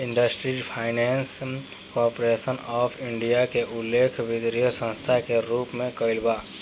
industrial finance corporation of India के उल्लेख वित्तीय संस्था के रूप में कईल बा